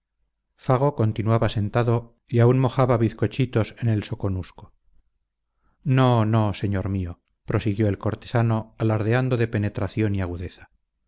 fago continuaba sentado y aún mojaba bizcochitos en el soconusco no no señor mío prosiguió el cortesano alardeando de penetración y agudeza